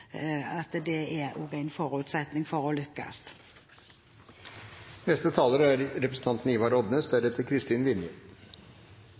Det er en forutsetning for å